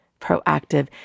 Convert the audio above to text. proactive